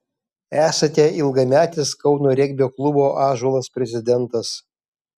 esate ilgametis kauno regbio klubo ąžuolas prezidentas